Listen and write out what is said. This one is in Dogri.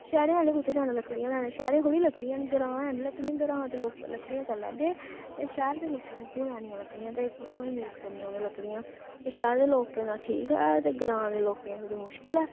शैह्रें आह्लें कुत्थै जाना लकड़ियां लैने गी शैह्र थोह्ड़ी ना लकड़ियां न ग्रां हैन लकड़ियां ग्रां दे लोक लकड़ियां करी लैंदे ते शैह्र दे लोकें कुत्थुआं लैनियां लकड़ियां ते कुत्थुआं यूज करनियां उ'नें लकड़ियां ते शैह्र दे लोकें दा ठीक ऐ ते ग्रां दे लोकें थोह्ड़ी मुश्कल ऐ